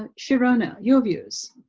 and sharona, your views.